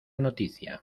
noticia